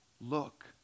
Look